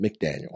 McDaniel